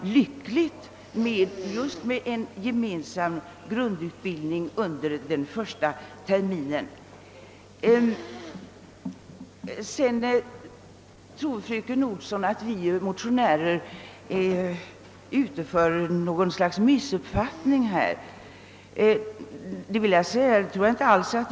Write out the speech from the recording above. Jag har också sagt att jag personligen tror att det skulle vara lyckligt med en gemensam grundutbildning under den första terminen. Fröken Olsson tror att vi motionärer har missuppfattat detta. Det har vi inte.